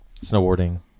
Snowboarding